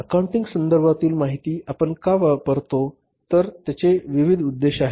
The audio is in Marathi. अकाउंटिंग संदर्भातील माहिती आपण का वापरतो तर त्याचे विविध उद्देश आहेत